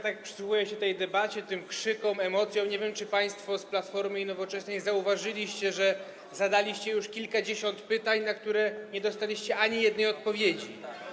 Tak przysłuchuję się tej debacie, tym krzykom, emocjom i nie wiem, czy państwo z Platformy i Nowoczesnej zauważyliście, że zadaliście już kilkadziesiąt pytań, na które nie dostaliście ani jednej odpowiedzi.